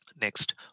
Next